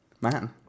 man